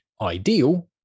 ideal